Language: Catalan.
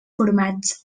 formats